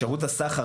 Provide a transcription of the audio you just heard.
שירות הסחר,